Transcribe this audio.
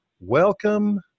Welcome